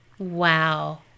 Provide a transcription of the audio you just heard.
Wow